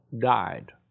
died